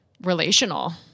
relational